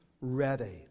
ready